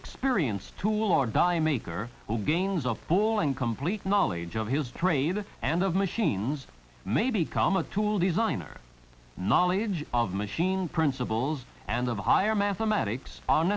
experience tool or die maker who gains of full and complete knowledge of his trade and those machines may be karma tool designer knowledge of machine principles and of higher mathematics